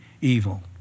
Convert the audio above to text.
evil